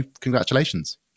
congratulations